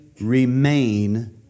remain